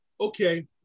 Okay